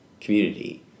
community